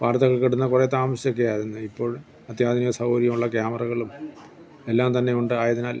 വാർത്തകൾ കിട്ടുന്നത് കുറെ താമസിച്ചൊക്കെയായിരുന്നു ഇപ്പോൾ അത്യാധുനിക സൗകര്യമുള്ള ക്യാമറകളും എല്ലാം തന്നെ ഉണ്ട് ആയതിനാൽ